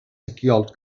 sequiols